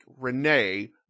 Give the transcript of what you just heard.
Renee